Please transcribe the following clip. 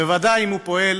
בוודאי אם הוא פועל